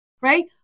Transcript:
right